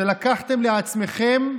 ולקחתם לעצמכם,